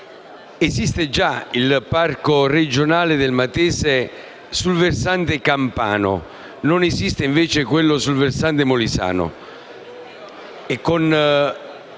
Esiste già il Parco regionale del Matese sul versante campano, ma non esiste quello sul versante molisano;